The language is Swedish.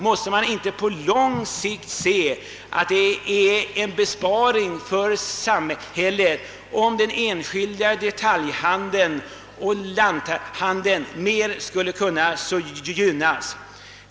Måste man inte på lång sikt säga att det är en besparing för samhället, om den enskilda detaljhandeln och lanthandeln skulle kunna gynnas mera?